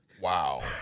Wow